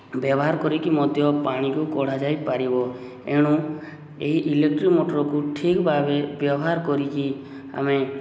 ବ୍ୟବହାର କରିକି ମଧ୍ୟ ପାଣିକୁ କଢ଼ାଯାଇପାରିବ ଏଣୁ ଏହି ଇଲେକ୍ଟ୍ରିକ୍ ମଟର୍କୁ ଠିକ୍ ଭାବେ ବ୍ୟବହାର କରିକି ଆମେ